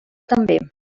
també